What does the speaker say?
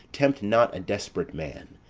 tempt not a desp'rate man.